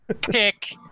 pick